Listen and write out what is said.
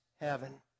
heaven